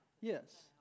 Yes